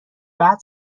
بعد